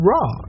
Raw